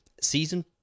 Season